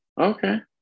okay